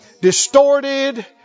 distorted